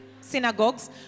synagogues